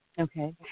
Okay